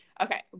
Okay